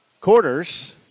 quarters